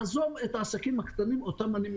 לעזוב את העסקים הקטנים, אותם אני מייצג,